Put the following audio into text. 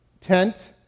tent